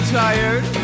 tired